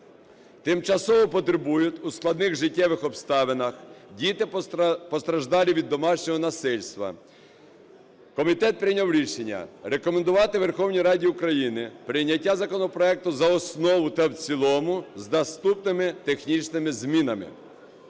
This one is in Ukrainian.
тимчасово потребують у складних життєвих обставинах діти, постраждалі від домашнього насильства. Комітет прийняв рішення рекомендувати Верховній Раді України прийняття законопроекту за основу та в цілому з наступними технічними змінами: